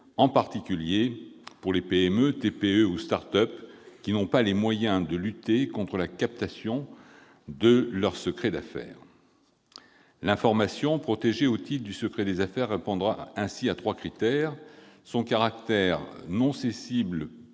en particulier pour les PME, les TPE ou les start-up qui n'ont pas les moyens de lutter contre la captation de leurs secrets d'affaires. L'information protégée au titre du secret des affaires répondra ainsi à trois critères : son caractère non accessible